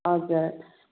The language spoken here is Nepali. हजुर